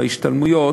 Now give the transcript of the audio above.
בקרנות השתלמות,